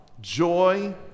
joy